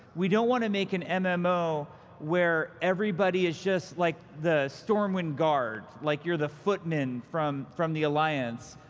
we don't want to make an and mmo where everybody is just like the stormwind guard, like you're the footmen from from the alliance